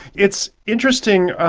it's interesting,